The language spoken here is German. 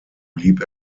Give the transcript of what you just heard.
blieb